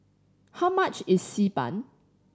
how much is Xi Ban